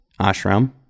ashram